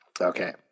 Okay